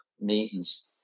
meetings